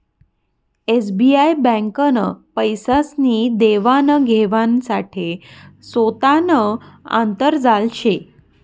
SBI ब्यांकनं पैसासनी देवान घेवाण साठे सोतानं आंतरजाल शे